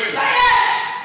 תתבייש.